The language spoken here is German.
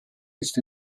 ist